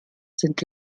sind